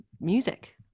music